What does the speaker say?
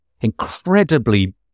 incredibly